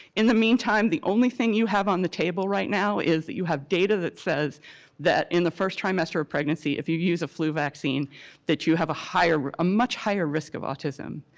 in the meantime, the only thing you have on the table right now is that you have data that says that in the first trimester of pregnancy if you use a flu vaccine that you have a much higher risk of autism.